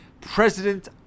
President